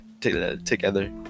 together